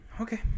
okay